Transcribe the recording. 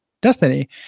destiny